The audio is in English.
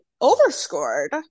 overscored